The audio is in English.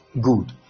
good